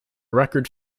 record